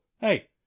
Hey